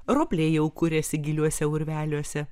ropliai jau kuriasi giliuose urveliuose